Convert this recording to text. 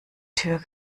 tür